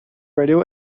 radio